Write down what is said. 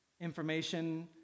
Information